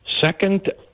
Second